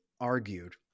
argued